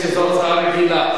כיוון שזו הצעה רגילה.